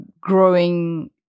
growing